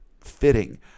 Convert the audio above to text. fitting